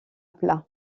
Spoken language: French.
plat